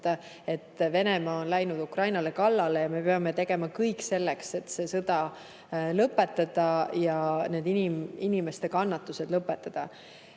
et Venemaa on läinud Ukrainale kallale ja me peame tegema kõik selleks, et see sõda lõpetada ja inimeste kannatused lõpetada.